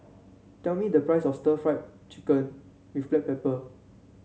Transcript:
tell me the price of Stir Fried Chicken with Black Pepper